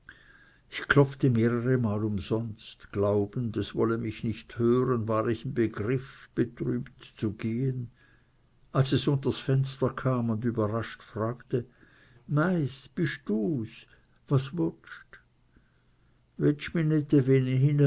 ich klopfte mehrere male umsonst glaubend es wolle mich nicht hören war ich im begriff betrübt zu gehen als es unters fenster kam und überrascht fragte meiß bisch du's was wotscht